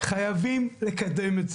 חייבים לקדם את זה.